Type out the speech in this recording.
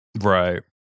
Right